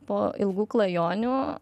po ilgų klajonių